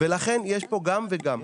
לכן יש פה גם וגם.